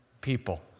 people